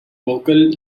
vocal